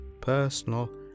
personal